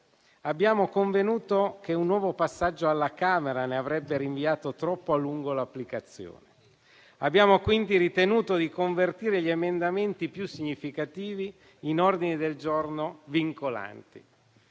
abbiamo convenuto che un nuovo passaggio alla Camera ne avrebbe rinviato troppo a lungo l'applicazione. Abbiamo quindi ritenuto di convertire gli emendamenti più significativi in ordini del giorno vincolanti.